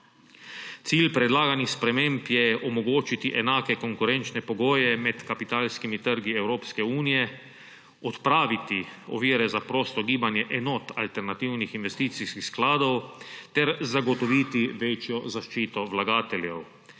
Cilj predlaganih sprememb je omogočiti enake konkurenčne pogoje med kapitalskimi trgi Evropske unije, odpraviti ovire za prosto gibanje enot alternativnih investicijskih skladov ter zagotoviti večjo zaščito vlagateljev.